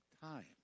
time